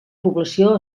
població